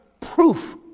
proof